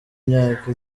imyaka